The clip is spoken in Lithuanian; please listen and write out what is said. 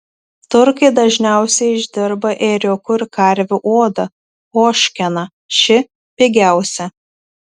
turkai dažniausiai išdirba ėriukų ir karvių odą ožkeną ši pigiausia